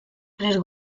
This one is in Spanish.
tres